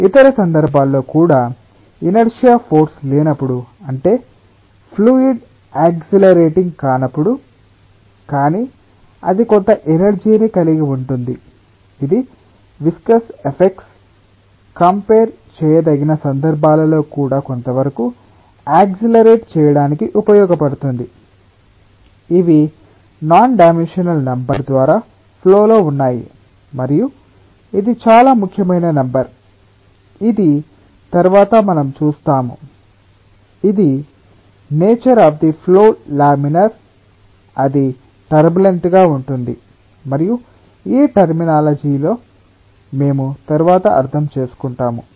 ఇతర సందర్భాల్లో కూడా ఇనర్శియా ఫోర్స్ లేనప్పుడు అంటే ఫ్లూయిడ్ యాక్సిలరేటింగ్ కానప్పుడు కానీ అది కొంత ఎనర్జీ ని కలిగి ఉంటుంది ఇది విస్కస్ ఎఫెక్ట్స్తో కంపెర్ చేయదగిన సందర్భాలలో కూడా కొంతవరకు యాక్సిలరేట్ చేయడానికి ఉపయోగపడుతుంది ఇవి నాన్ డైమెన్షనల్ నెంబర్ ద్వారా ఫ్లోలో ఉన్నాయి మరియు ఇది చాలా ముఖ్యమైన నెంబర్ ఇది తరువాత మనం చూస్తాము ఇది nature of the flow laminar అది టర్బులెంట్ గా ఉంటుంది మరియు ఈ టర్మినాలజి లలో మేము తరువాత అర్థం చేసుకుంటాము